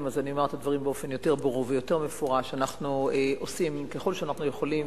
הפנים על שאילתא כשאני לא מכירה את פרטי